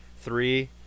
three